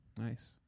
Nice